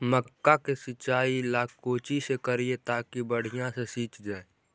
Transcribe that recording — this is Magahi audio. मक्का के सिंचाई ला कोची से करिए ताकी बढ़िया से सींच जाय?